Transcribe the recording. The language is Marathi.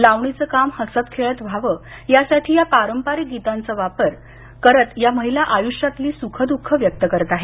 लावणीचे काम हसत खेळत व्हावे याकरीता या पारंपरिक गीतांचा वापर करत या महिला आयुष्यातील सुख द्ःख व्यक्त करतात